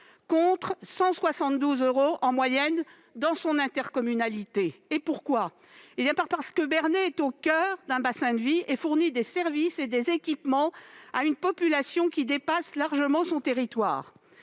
contre 172 euros en moyenne pour les communes de son intercommunalité. Pourquoi ? Tout simplement parce que Bernay est au coeur d'un bassin de vie et fournit des services et des équipements à une population qui dépasse largement son territoire.